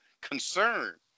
concern